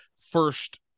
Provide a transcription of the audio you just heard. first